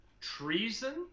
treason